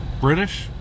British